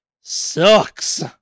sucks